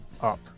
up